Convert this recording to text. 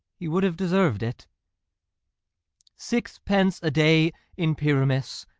he would have deserved it sixpence a day in pyramus,